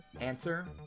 Answer